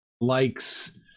likes